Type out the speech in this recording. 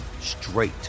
straight